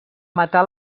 matar